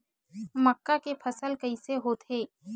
मक्का के फसल कइसे होथे?